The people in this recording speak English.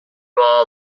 all